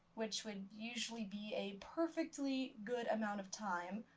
which would usually be a perfectly good amount of time.